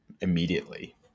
Immediately